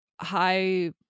high